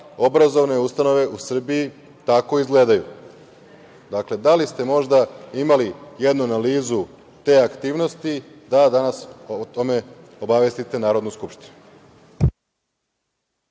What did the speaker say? obrazovne ustanove u Srbiji tako izgledaju? Dakle, da li ste možda imali jednu analizu te aktivnosti da danas o tome obavestite Narodnu skupštinu?